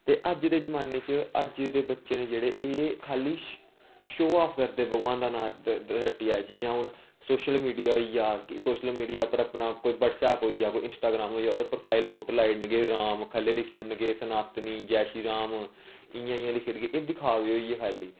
ते अज्ज दे जमाने च अज्ज दे बच्चे ना जेहडे़़ एह् खाली शौ आफ करदे भगबान दा नां रट्टियै जियां हून शोशल मीडिया होई गेआ शोशल मिडिया उप्पर अपना कोई बटसऐप होई गेआ कोई इंसटाग्रांम होई गेआ ओहदे उप्पर प्रोफाइल फोटो लाई ओड़नी राम थल्ले लिखी ओड़ना सनातनी जय श्री राम इयां इयां लिखी ओड़दे एह् दिखाबे होई गे खाली